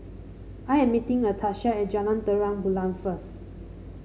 I am meeting Latasha at Jalan Terang Bulan first